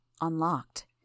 unlocked